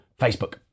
Facebook